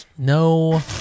No